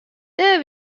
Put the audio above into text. dêr